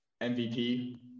MVP